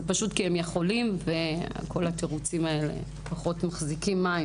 פשוט כי הם יכולים וכל התירוצים האלה פחות מחזיקים מים,